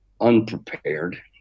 unprepared